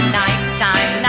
nighttime